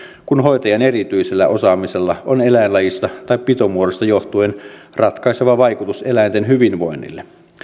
kun hoitajan erityisellä osaamisella on eläinlajista tai pitomuodosta johtuen ratkaiseva vaikutus eläinten hyvinvointiin